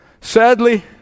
Sadly